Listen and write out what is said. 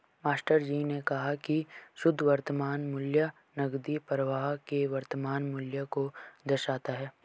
मास्टरजी ने कहा की शुद्ध वर्तमान मूल्य नकदी प्रवाह के वर्तमान मूल्य को दर्शाता है